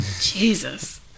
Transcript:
Jesus